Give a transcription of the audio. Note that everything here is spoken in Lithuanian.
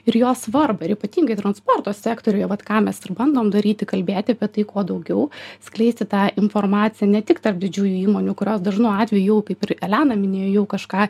ir jo svarbą ir ypatingai transporto sektoriuje vat ką mes ir bandom daryti kalbėti apie tai kuo daugiau skleisti tą informaciją ne tik tarp didžiųjų įmonių kurios dažnu atveju jau kaip ir elena minėjo jau kažką